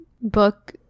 book